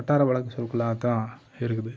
வட்டார வழக்கு சொற்களாகதான் இருக்குது